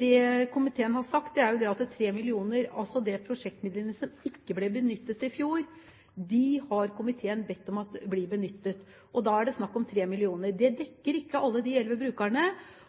Det komiteen har bedt om, er at 3 mill. kr, altså de prosjektmidlene som ikke ble benyttet i fjor, blir benyttet. Da er det altså snakk om 3 mill. kr. Det dekker ikke alle de elleve brukerne,